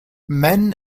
man